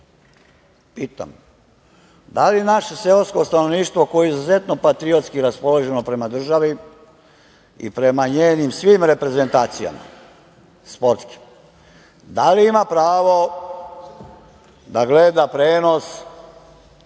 Pitam. Da li naše seosko stanovništvo, koje je izuzetno patriotski raspoloženo prema državi i prema njenim svim reprezentacijama sportskim, da li ima pravo da gleda prenos